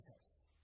Jesus